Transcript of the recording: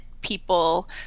people